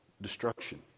destruction